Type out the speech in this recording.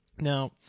Now